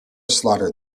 slaughter